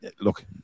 Look